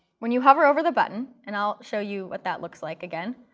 when you hover over the button and i'll show you what that looks like again.